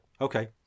okay